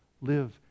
live